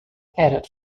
error